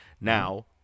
Now